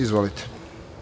Izvolite.